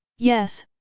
yes,